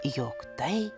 jog tai